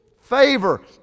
Favor